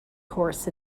course